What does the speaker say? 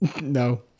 no